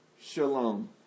shalom